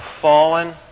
fallen